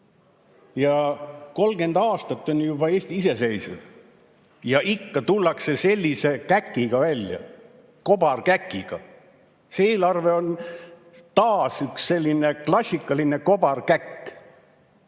30 aastat on juba Eesti iseseisev ja ikka tullakse sellise käkiga välja. Kobarkäkiga! See eelarve on taas üks selline klassikaline kobarkäkk.